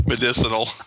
Medicinal